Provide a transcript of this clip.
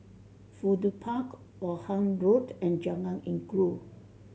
Fudu Park Vaughan Road and Jalan Inggu